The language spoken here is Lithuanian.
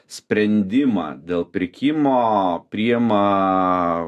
sprendimą dėl pirkimo priima